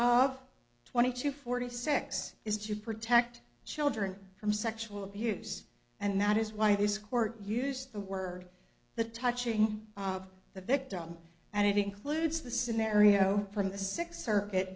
of twenty to forty six is to protect children from sexual abuse and that is why this court use the word the touching of the victim and it includes the scenario from the six circuit